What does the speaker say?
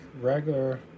regular